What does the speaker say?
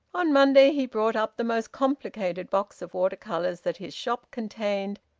on monday he brought up the most complicated box of water-colours that his shop contained,